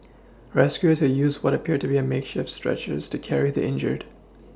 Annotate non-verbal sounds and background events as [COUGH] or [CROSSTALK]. [NOISE] rescuers to used what appeared to be a makeshift stretchers to carry the injured